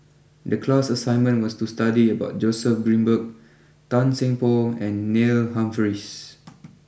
the class assignment was to study about Joseph Grimberg Tan Seng Poh and Neil Humphreys